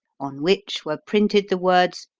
on which were printed the words,